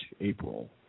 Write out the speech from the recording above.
april